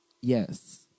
Yes